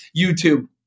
YouTube